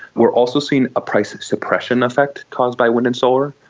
we are also seeing a price suppression effect caused by wind and solar.